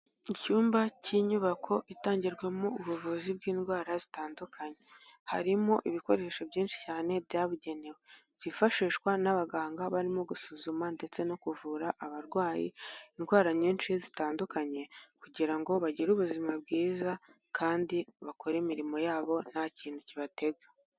Icyumba cy'inyubako itangirwamo ubuvuzi bw'indwara zitandukanye. Harimo ibikoresho byinshi cyane byabugenewe. Byifashishwa n'abaganga barimo gusuzuma ndetse no kuvura abarwayi indwara nyinshi zitandukanye, kugira ngo bagire ubuzima bwiza kandi bakore imirimo yabo nta kintu kibatega.